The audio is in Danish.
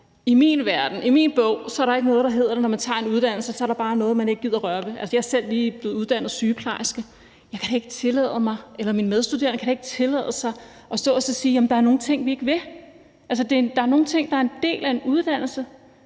i min bog er der ikke noget, der hedder, når man tager en uddannelse, at der så er noget, som man bare ikke gider røre ved. Jeg er selv lige blevet uddannet sygeplejerske. Jeg og mine medstuderende kan da ikke tillade os at stå og sige, at der er nogle ting, vi ikke vil. Der er nogle ting, der er en del af en uddannelse,